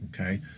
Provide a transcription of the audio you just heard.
okay